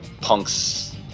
punk's